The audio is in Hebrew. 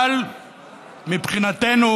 אבל מבחינתנו